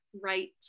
right